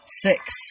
Six